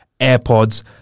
AirPods